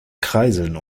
kreiseln